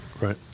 right